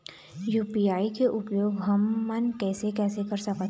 UPI के उपयोग हमन कैसे कैसे कर सकत हन?